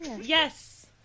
yes